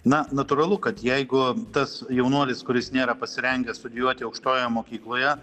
na natūralu kad jeigu tas jaunuolis kuris nėra pasirengęs studijuoti aukštojoje mokykloje